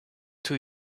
too